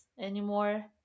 anymore